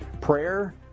Prayer